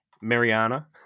Mariana